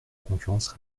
concurrence